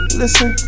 listen